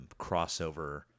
crossover